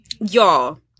y'all